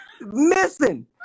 missing